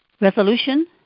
resolution